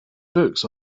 books